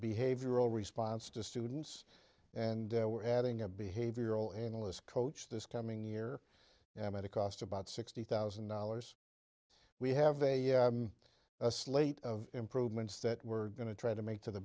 behavioral response to students and we're adding a behavioral analyst coach this coming year and at a cost about sixty thousand dollars we have a slate of improvements that we're going to try to make t